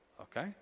Okay